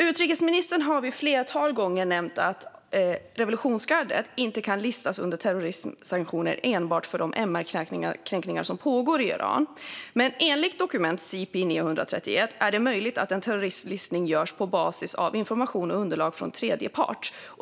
Utrikesministern har ett flertal gånger nämnt att revolutionsgardet inte kan listas under terrorismsanktioner enbart för de MR-kränkningar som pågår i Iran, men enligt dokument CP 931 är det möjligt att göra en terroristlistning på basis av information och underlag från tredje part.